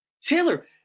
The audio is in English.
Taylor